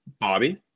Bobby